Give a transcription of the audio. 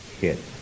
hit